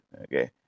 okay